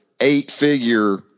eight-figure